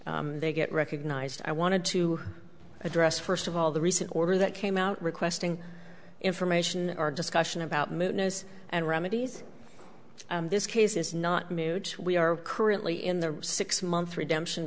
they get recognized i wanted to address first of all the recent order that came out requesting information our discussion about move and remedies this case is not moot we are currently in the six month redemption